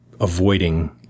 avoiding